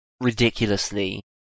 ridiculously